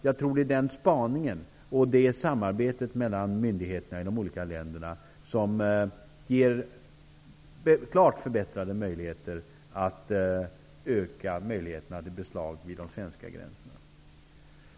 Jag tror att den spaningen och det samarbetet mellan myndigheterna i de olika länderna ger klart förbättrade möjligheter att göra fler beslag vid de svenska gränserna.